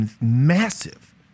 massive